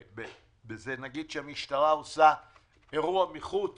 נגיד שהמשטרה עושה אירוע מחוץ